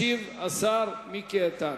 ישיב השר מיקי איתן.